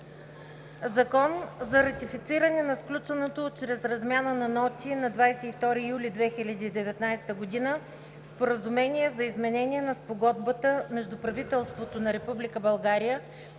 Ратифицира сключеното чрез размяна на ноти на 22 юли 2019 г. Споразумение за изменение на Спогодбата между правителството на